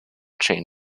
chain